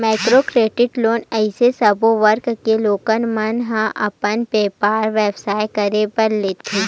micro credit loan अइसे सब्बो वर्ग के लोगन मन ह अपन बेपार बेवसाय करे बर लेथे